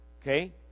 Okay